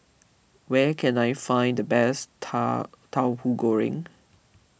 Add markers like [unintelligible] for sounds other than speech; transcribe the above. where can I find the best [unintelligible] Tahu Goreng